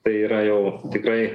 tai yra jau tikrai